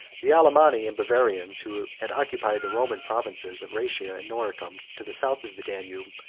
the alemanni, and bavarians, who had occupied the roman provinces of rhaetia and noricum, to the south of the danube,